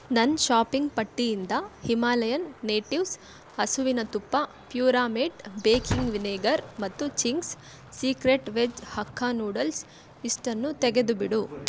ನನ್ನ ಷಾಪಿಂಗ್ ಪಟ್ಟಿಯಿಂದ Himalayan natives ಹಸುವಿನ ತುಪ್ಪ ಪ್ಯೂರಾಮೇಟ್ ಬೇಕಿಂಗ್ ವಿನೆಗರ್ ಮತ್ತು Ching's secret veg hakka noodles ಇಷ್ಟನ್ನೂ ತೆಗೆದುಬಿಡು